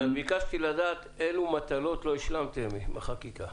ביקשתי לדעת איזה מטלות לא השלמתם עם החקיקה.